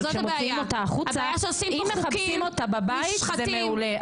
אבל כשמוציאים אותה החוצה --- אם מכבסים אותה בבית זה מעולה.